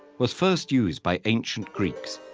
was first used by ancient greeks,